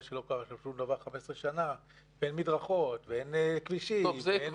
שלא קרה שם שום דבר 15 שנה: אין מדרכות ואין כבישים ואין